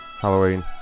Halloween